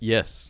Yes